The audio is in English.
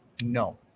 No